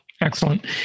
Excellent